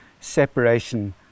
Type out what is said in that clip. separation